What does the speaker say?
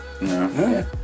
No